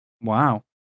Wow